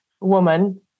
woman